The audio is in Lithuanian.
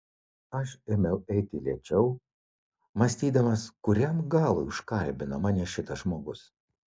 aš ėmiau eiti lėčiau mąstydamas kuriam galui užkalbino mane šitas žmogus